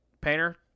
Painter